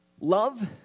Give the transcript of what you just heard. Love